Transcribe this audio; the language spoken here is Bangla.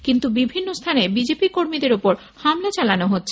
কিন্তু বিভিন্ন স্থানে বিজেপি কর্মীদের ওপর হামলা করা হচ্ছে